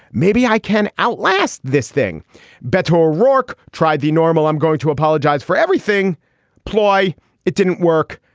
maybe i can outlast this thing better iraq tried the normal i'm going to apologize for everything ploy it didn't work.